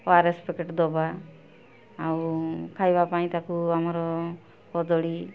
ଓ R S packet ଦେବା ଆଉ ଖାଇବା ପାଇଁ ତାକୁ ଆମର କଦଳୀ